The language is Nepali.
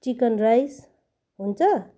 चिकन राइस हुन्छ